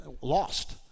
lost